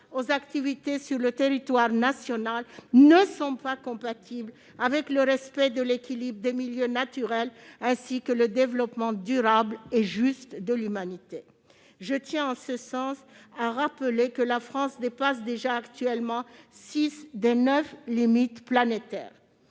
aux activités sur le territoire national ne sont pas compatibles avec le respect de l'équilibre des milieux naturels, ainsi qu'avec le développement durable et juste de l'humanité. Je tiens à rappeler, en ce sens, que la France dépasse déjà actuellement six des neuf limites planétaires.